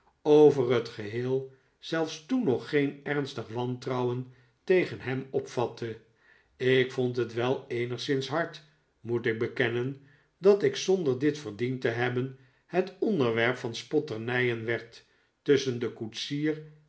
over het geheel zelfs toen nog geen ernstig wantrouwen tegen hem opvatte ik vond het wel eenigszins hard moet ik bekennen dat ik zonder dit verdiend te hebben het onderwerp van spotternijen werd tusschen den koetsier